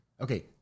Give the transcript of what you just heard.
Okay